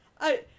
I-